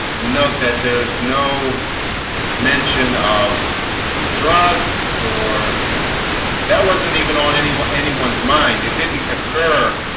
and note that there's no mention of drugs or that wasn't even on anyone anyone's mind it didn't occur.